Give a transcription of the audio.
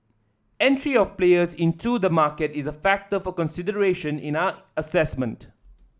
entry of players into the market is a factor for consideration in our assessment